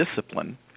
discipline